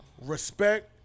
respect